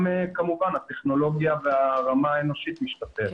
כמובן הטכנולוגיה והרמה האנושית משתפרת.